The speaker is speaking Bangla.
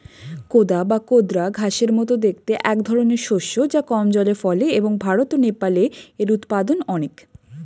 কোদা বা কোদরা ঘাসের মতো দেখতে একধরনের শস্য যা কম জলে ফলে এবং ভারত ও নেপালে এর উৎপাদন অনেক